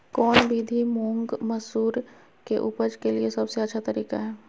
कौन विधि मुंग, मसूर के उपज के लिए सबसे अच्छा तरीका है?